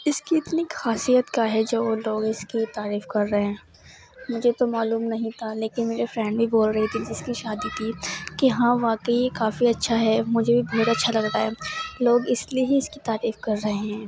اس کی اتنی کھاصیت کیا ہے جو اور لوگ اس کی تعریف کر رہے ہیں مجھے تو معلوم نہیں تھا لیکن میری فرینڈ بھی بول رہی تھی جس کی شادی تھی کہ ہاں واقعی یہ کافی اچھا ہے مجھے بھی بہت اچھا لگ رہا ہے لوگ اس لیے ہی اس کی تعریف کر رہے ہیں